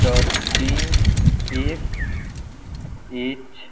टडींग S H